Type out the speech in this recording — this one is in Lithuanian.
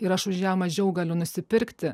ir aš už ją mažiau galiu nusipirkti